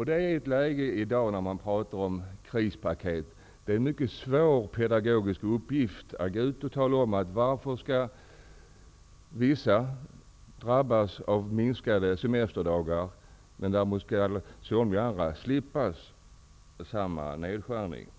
I dagens läge, där det talas om krispaket, är det en mycket svår pedagogisk uppgift att gå ut och tala om varför vissa skall drabbas av ett minskat antal semesterdagar, medan somliga slipper samma nedskärning --